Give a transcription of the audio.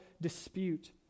dispute